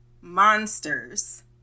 Monsters